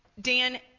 Dan